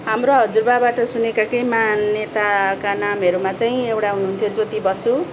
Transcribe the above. हाम्रो हजुरबाबाट सुनेका केही महान् नेताका नामहरूमा चाहिँ एउटा हुनुहुन्थ्यो ज्योति बसु